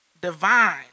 divine